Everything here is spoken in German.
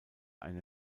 eine